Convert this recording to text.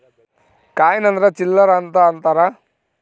coin ಅಂದ್ರ ಚಿಲ್ಲರ್ ಅಂತ ಅಂತಾರ